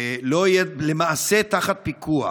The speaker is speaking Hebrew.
שלא יהיה למעשה תחת פיקוח.